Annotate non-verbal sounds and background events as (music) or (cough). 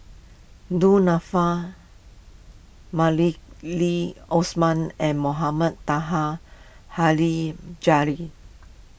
Du Nanfa Malili Osman and Mohamed Taha (unintelligible)